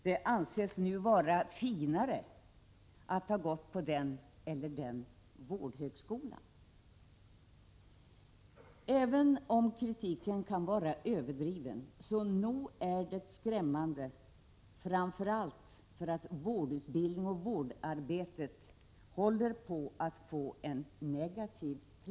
Det anses nu vara finare att ha gått på den eller den vårdhögskolan. Även om kritiken kan vara överdriven vill jag säga att den är skrämmande, framför allt därför att vårdutbildningen och vårdarbetet håller på att få en negativ klang.